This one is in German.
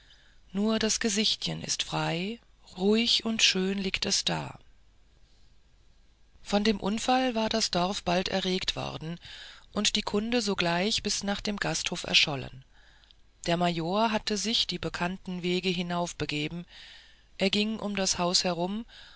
nur das gesichtchen ist frei ruhig und schön liegt es da von dem unfall war das dorf bald erregt worden und die kunde sogleich bis nach dem gasthof erschollen der major hatte sich die bekannten wege hinaufbegeben er ging um das haus herum